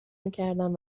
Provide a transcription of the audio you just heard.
میکردم